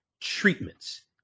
treatments